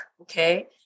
okay